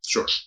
Sure